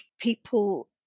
people